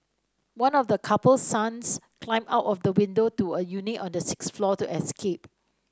one of the couple's sons climbed out of the window to a unit on the sixth floor to escape